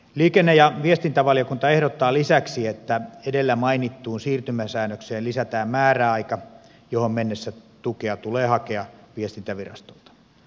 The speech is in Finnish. liikenne ja viestintävaliokunta ehdottaa lisäksi että edellä mainittuun siirtymäsäännökseen lisätään määräaika johon mennessä tukea tulee hakea viestintävirastolta